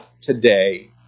today